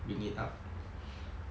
bring it up